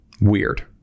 weird